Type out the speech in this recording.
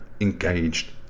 engaged